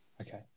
Okay